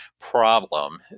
problem